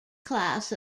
class